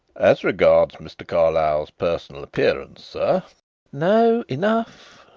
as regards mr. carlyle's personal appearance, sir no, enough!